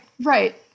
right